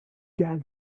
gal